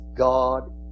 God